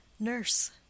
nurse